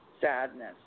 Sadness